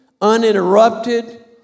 uninterrupted